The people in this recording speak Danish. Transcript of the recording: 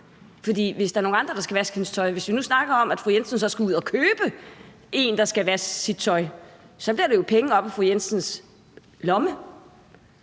hvis der er nogle andre, der skal vaske hendes tøj, altså hvis vi nu snakker om, at fru Jensen så skal betale en for at vaske sit tøj, så bliver det jo penge op af fru Jensens lomme.